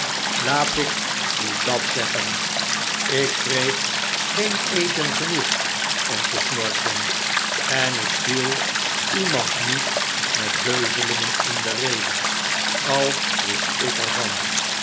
laat ik u dat zeggen ik kreeg geen eten genoeg om te snorken en ik viel iemand niet met met beuzelingen in de rede al wist ik er